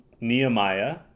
Nehemiah